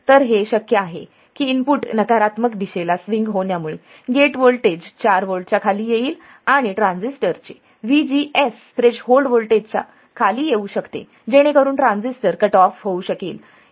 तर हे शक्य आहे की इनपुट नकारात्मक दिशेला स्विंग होण्यामुळे गेट व्होल्टेज चार व्होल्टच्या खाली येईल आणि ट्रान्झिस्टरचे VGS थ्रेशोल्ड व्होल्टेजच्या खाली जाऊ शकते जेणेकरून ट्रान्झिस्टर कट ऑफ होऊ शकेल